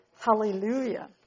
Hallelujah